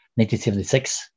1976